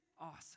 awesome